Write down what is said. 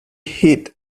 hid